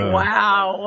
wow